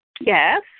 Yes